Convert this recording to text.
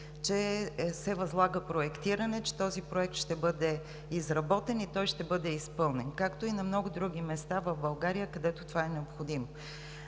че се възлага проектиране, че този проект ще бъде изработен и той ще бъде изпълнен, както и на много други места в България, където това е необходимо,